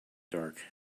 dark